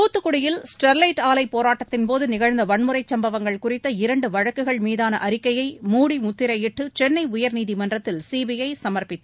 தூத்துக்குடியில் ஸ்டெர்லைட் ஆலை போராட்டத்தின்போது நிகழ்ந்த வன்முறைச் சும்பவங்கள் குறித்த இரண்டு வழக்குகள் மீதான அறிக்கையை மூடி முத்திரையிட்டு சென்னை உயர்நீதிமன்றத்தில் சிபிஐ சமர்ப்பித்து